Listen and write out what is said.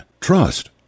Trust